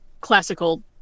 Classical